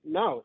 no